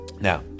Now